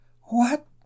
What